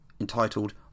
entitled